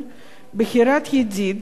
(תיקון, בחירת ידיד